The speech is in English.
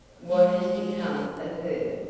what has become of her?